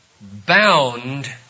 bound